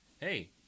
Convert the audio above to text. hey